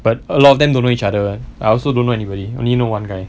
but a lot of them don't know each other I also don't know anybody only know one guy